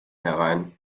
herein